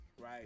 right